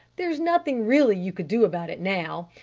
there's nothing really you could do about it now.